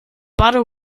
butter